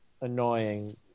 annoying